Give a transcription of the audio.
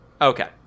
Okay